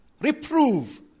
reprove